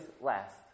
last